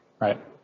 Right